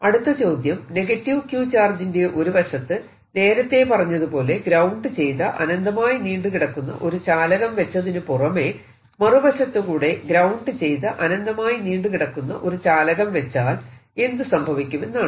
അടുത്ത ചോദ്യം Q ചാർജിന്റെ ഒരു വശത്ത് നേരത്തെ പറഞ്ഞതുപോലെ ഗ്രൌണ്ട് ചെയ്ത അനന്തമായി നീണ്ടു കിടക്കുന്ന ഒരു ചാലകം വെച്ചതിനു പുറമെ മറുവശത്തുകൂടെ ഗ്രൌണ്ട് ചെയ്ത അനന്തമായി നീണ്ടു കിടക്കുന്ന ഒരു ചാലകം വെച്ചാൽ എന്ത് സംഭവിക്കുമെന്നാണ്